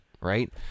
Right